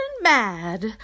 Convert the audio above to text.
mad